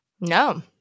No